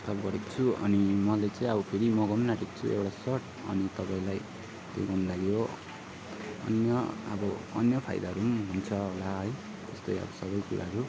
गरेको छु अनि मैले चाहिँ अब फेरि मगाउन आँटेको छु एउटा सर्ट अनि तपाईँलाई त्यही भन्न लागि हो अन्य अन्य फाइदाहरू पनि हुन्छ होला है त्यस्तो अब सबै कुराहरू